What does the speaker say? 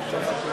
44,